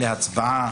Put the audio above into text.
להצבעה.